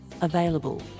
available